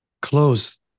close